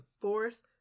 fourth